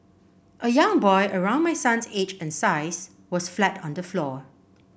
a young boy around my son's age and size was flat on the floor